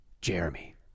Jeremy